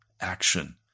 action